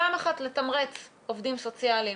פעם אחת, לתמרץ עובדים סוציאליים